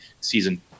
season